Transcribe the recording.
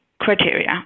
criteria